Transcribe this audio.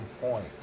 point